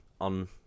on